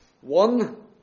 One